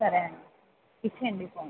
సరే అండి ఇచ్చేయండి ఫోన్